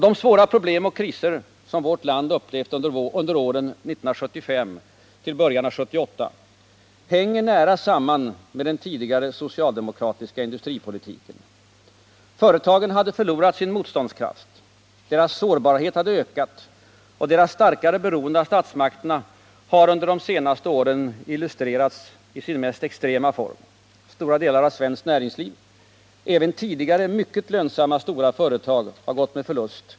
De svåra problem och kriser som vårt land upplevt under åren 1975 och fram till början av 1978 hänger nära samman med den tidigare socialdemokratiska industripolitiken. Företagen hade förlorat sin motståndskraft. Deras sårbarhet och deras starkare beroende av statsmakterna har under de senaste åren illustrerats i sin mest extrema form. Stora delar av svenskt näringsliv, även tidigare mycket lönsamma företag, har gått med förlust.